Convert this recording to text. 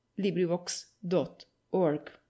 LibriVox.org